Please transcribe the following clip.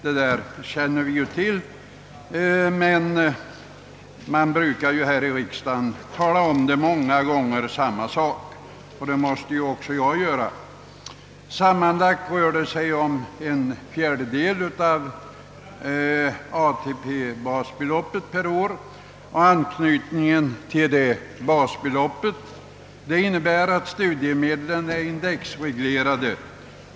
Det där känner vi ju till, men man brukar här i riksdagen tala om samma sak många gånger, och det måste väl också jag göra. Anknytningen till detta basbelopp innebär att de är indexreglerade.